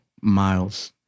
Miles